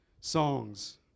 songs